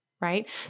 right